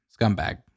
scumbag